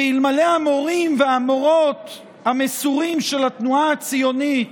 ואלמלא המורים והמורות המסורים של התנועה הציונית,